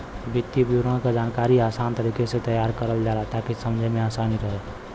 वित्तीय विवरण क जानकारी आसान तरीके से तैयार करल जाला ताकि समझे में आसानी रहे